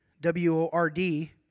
W-O-R-D